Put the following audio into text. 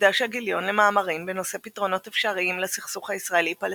הוקדש הגיליון למאמרים בנושא פתרונות אפשריים לסכסוך הישראלי-פלסטיני.